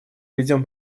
ведем